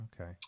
Okay